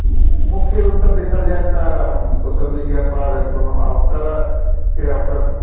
मुख्य रूपसँ देखल जाय तऽ हम सोशल मीडिया पर कोनो अवसरके अवसर